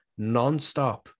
nonstop